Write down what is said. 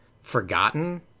forgotten